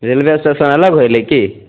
railway station अलग होए गेलै की